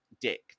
Dick